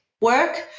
work